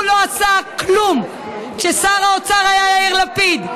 הוא לא עשה כלום כששר האוצר היה יאיר לפיד.